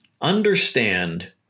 understand